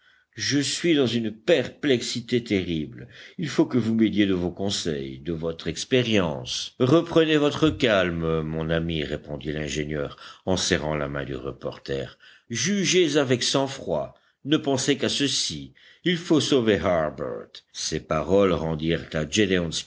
je suis dans une perplexité terrible il faut que vous m'aidiez de vos conseils de votre expérience reprenez votre calme mon ami répondit l'ingénieur en serrant la main du reporter jugez avec sang-froid ne pensez qu'à ceci il faut sauver harbert ces paroles rendirent à